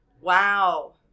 Wow